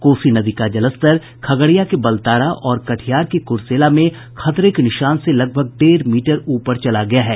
कोसी नदी का जलस्तर खगड़िया के बलतारा और कटिहार के कुर्सेला में खतरे के निशान से लगभग डेढ़ मीटर ऊपर चला गया है